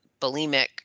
bulimic